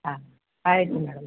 ಹಾಂ ಆಯಿತು ಮೇಡಮ್